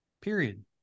Period